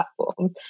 platforms